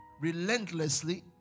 relentlessly